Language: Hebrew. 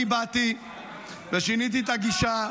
אני באתי ושיניתי את הגישה,